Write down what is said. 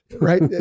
right